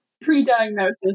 Pre-diagnosis